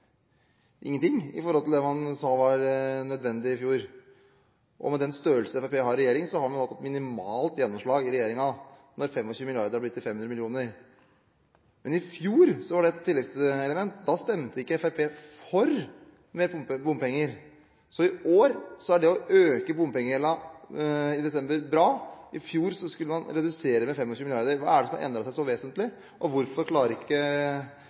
ingenting i forhold til hva man sa var nødvendig i fjor. Med den størrelsen Fremskrittspartiet har i regjering, har man hatt minimalt gjennomslag når 25 mrd. kr har blitt til 500 mill. kr. Men i fjor var det et tilleggselement: Da stemte ikke Fremskrittspartiet for mer bompenger. Så i år er det å øke bompengegjelden i desember bra, i fjor skulle man redusere med 25 mrd. kr. Hva er det som har endret seg så vesentlig, og hvorfor klarer ikke